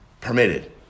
permitted